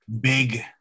big